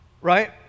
right